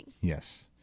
Yes